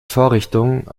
vorrichtung